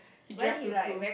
he drive to school